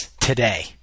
Today